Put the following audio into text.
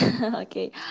okay